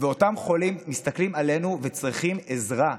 ואותם חולים מסתכלים עלינו וצריכים עזרה.